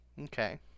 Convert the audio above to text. Okay